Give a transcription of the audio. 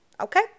Okay